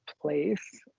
place